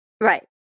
Right